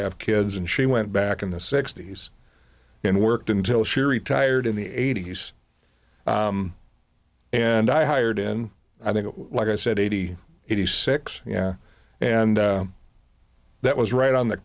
have kids and she went back in the sixty's and worked until she retired in the eighty's and i hired in i think what i said eighty eighty six yeah and that was right on the